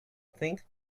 thing